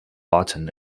lawton